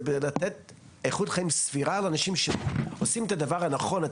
זה לתת איכות חיים סבירה לאנשים שעושים את הדבר הנכון,